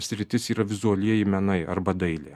sritis yra vizualieji menai arba dailė